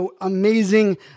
amazing